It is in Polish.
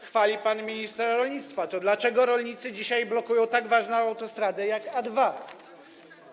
Chwali pan ministra rolnictwa, to dlaczego rolnicy dzisiaj blokują tak ważną autostradę jak A2?